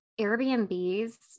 Airbnbs